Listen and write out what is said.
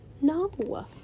no